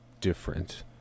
different